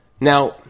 Now